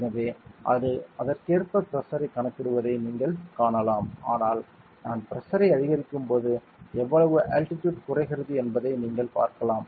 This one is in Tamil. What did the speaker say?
எனவே அது அதற்கேற்ப பிரஷரைக் கணக்கிடுவதை நீங்கள் காணலாம் ஆனால் நான் பிரஷரை அதிகரிக்கும்போது எவ்வளவு அல்டிடியூட் குறைகிறது என்பதை நீங்கள் பார்க்கலாம்